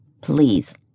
please